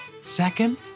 Second